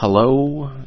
Hello